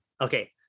Okay